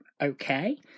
okay